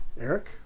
Eric